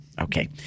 Okay